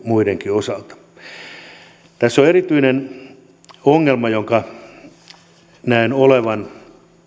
muidenkin osalta tässä erityinen ongelma jonka näen olevan